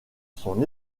son